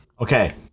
Okay